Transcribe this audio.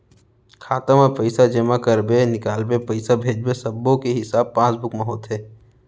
खाता म पइसा जमा करबे, निकालबे, पइसा भेजबे सब्बो के हिसाब पासबुक म होथे